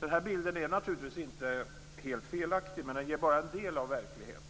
Den här bilden är naturligtvis inte helt felaktig, men den ger bara en del av verkligheten.